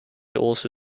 also